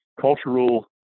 cultural